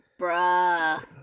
bruh